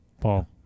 Paul